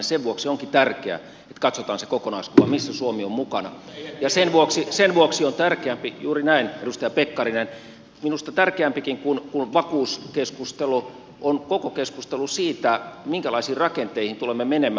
sen vuoksi onkin tärkeää että katsotaan se kokonaiskuva missä suomi on mukana ja sen vuoksi juuri näin edustaja pekkarinen minusta tärkeämpikin kuin vakuuskeskustelu on koko keskustelu siitä minkälaisiin rakenteihin tulemme menemään